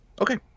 Okay